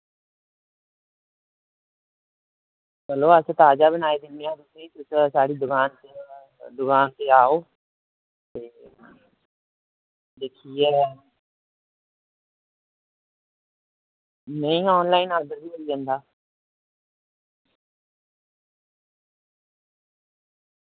चलो असें ताज़ा बनाई दिन्ने आं तुसेंगी तुस साढ़ी दकान ते आओ ते दिक्खियै नेईं आनलाइन आर्डर बी मिली जंदा